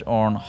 on